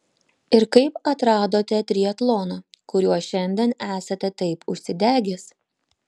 ir kaip atradote triatloną kuriuo šiandien esate taip užsidegęs